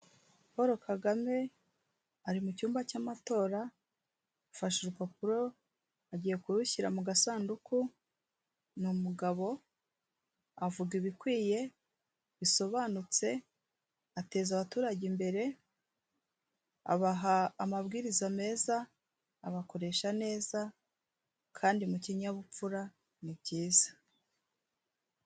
Paul Kagame ari mu cyumba cy'amatora, afashe urupapuro agiye kurushyira mu gasanduku, ni umugabo avuga ibikwiye bisobanutse, ateza abaturage imbere, abaha amabwiriza meza, abakoresha neza kandi mu kinyabupfura ni byiza.